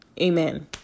Amen